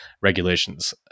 regulations